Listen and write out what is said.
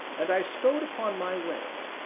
and i strode upon my way,